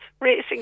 racing